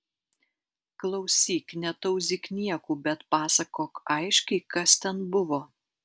klausyk netauzyk niekų bet pasakok aiškiai kas ten buvo